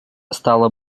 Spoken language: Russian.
стало